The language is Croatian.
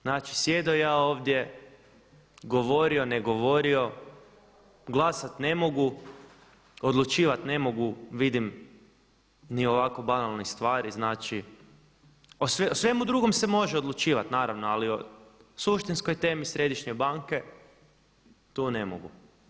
Znači sjedio ja ovdje, govorio, ne govorio, glasat ne mogu, odlučivat ne mogu vidim ni o ovako banalnoj stvari, znači o svemu drugom se može odlučivat naravno, ali o suštinskoj temi središnje banke tu ne mogu.